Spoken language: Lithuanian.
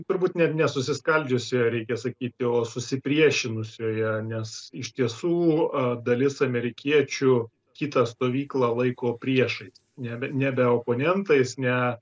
turbūt net ne susiskaldžiusioje reikia sakyti o susipriešinusioje nes iš tiesų dalis amerikiečių kitą stovyklą laiko priešais nebe nebe oponentais ne